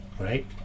right